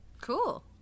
Cool